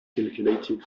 calculated